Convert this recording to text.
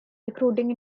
recruiting